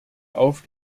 auf